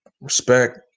respect